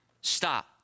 stop